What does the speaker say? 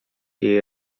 jej